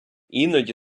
іноді